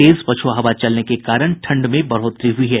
तेज पछ्आ हवा चलने के कारण ठंड में बढ़ोतरी हुई है